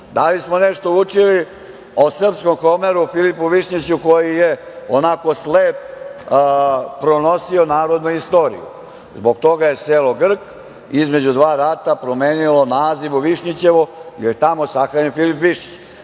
Da li smo nešto učili o srpskom Homeru Filipu Višnjiću koji je onako slep pronosio narodnu istoriju? Zbog toga je selo Grk između dva rata promenilo naziv u Višnjićevo jer je tamo sahranjen Filip Višnjić. Da